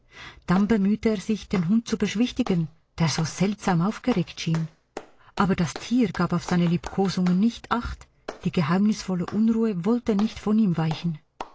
dann bemühte er sich den hund zu beschwichtigen der so seltsam aufgeregt schien aber das tier gab auf seine liebkosungen nicht acht die geheimnisvolle unruhe wollte nicht von ihm weichen